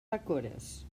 bacores